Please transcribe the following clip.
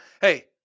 Hey